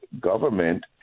government